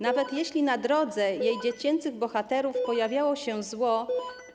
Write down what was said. Nawet jeśli na drodze jej dziecięcych bohaterów pojawiało się zło,